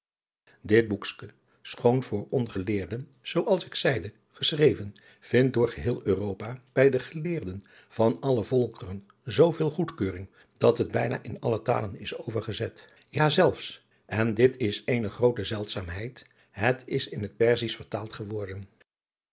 dit boekske schoon voor ongeleerden zoo als ik zeide geschreven vindt door geheel europa bij de geleerden van alle volkeren zooveel goedkeuring dat het bijna in alle talen is overgezet ja zelfs en dit is eene groote zeldzaamheid het is in het perzisch vertaald geworden